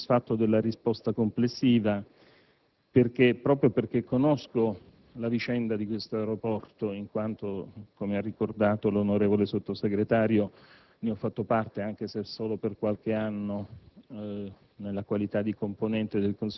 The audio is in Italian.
In realtà, non sono soddisfatto della risposta complessiva proprio perché conosco la vicenda di questo aeroporto in quanto, come ha ricordato l'onorevole Sottosegretario, ne ho fatto parte, anche se solo per qualche anno,